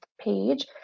page